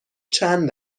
چند